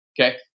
okay